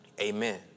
Amen